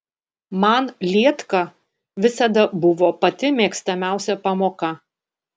man lietka visada buvo pati mėgstamiausia pamoka